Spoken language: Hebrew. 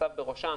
שמס"ב בראשם,